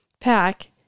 pack